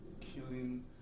killing